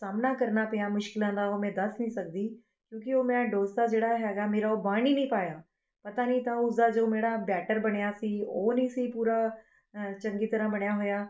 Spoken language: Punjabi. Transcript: ਸਾਹਮਣਾ ਕਰਨਾ ਪਿਆ ਮੁਸ਼ਕਲਾਂ ਦਾ ਉਹ ਮੈਂ ਦੱਸ ਨਹੀਂ ਸਕਦੀ ਕਿਉਂਕਿ ਉਹ ਮੈਂ ਡੋਸਾ ਜਿਹੜਾ ਹੈਗਾ ਮੇਰਾ ਬਣ ਹੀ ਨਹੀਂ ਪਾਇਆ ਪਤਾ ਨਹੀਂ ਤਾਂ ਉਸਦਾ ਜਿਹੜਾ ਉਹ ਬੈਟਰ ਬਣਿਆ ਸੀ ਉਹ ਨਹੀਂ ਸੀ ਪੂਰਾ ਚੰਗੀ ਤਰ੍ਹਾਂ ਬਣਿਆ ਹੋਇਆ